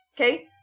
okay